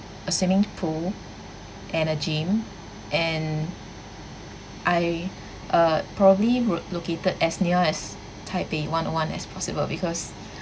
a swimming pool and a gym and I uh probably would located as near as taipei one O one as possible because